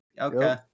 Okay